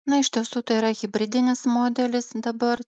na iš tiesų tai yra hibridinis modelis dabar